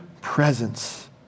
presence